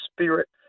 spirit